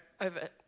over